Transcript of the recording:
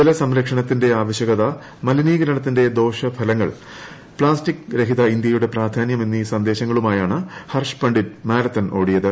ജലസംരക്ഷണത്തിന്റെ ആവശ്യകത മലിനീകരണത്തിന്റെ ദോഷവശങ്ങൾ പ്താസ്റ്റിക് രഹിത ഇന്ത്യയുടെ പ്രാധാന്യം എന്നീ സന്ദേശങ്ങളുമായാണ് ഹർഷ് പണ്ഡിറ്റ് മാരത്തൺ ഓടിയത്